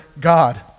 God